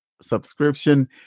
subscription